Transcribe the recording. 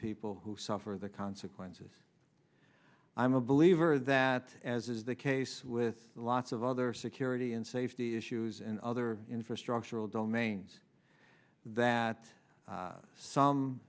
people who suffer the consequences i'm a believer that as is the case with lots of other security and safety issues and other infrastructural domains that some